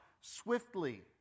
swiftly